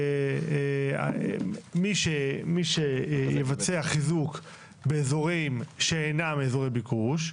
מי שיבצע חיזוק באזורים שאינם אזורי ביקוש,